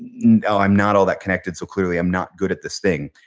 you know i'm not all that connected so clearly i'm not good at this thing.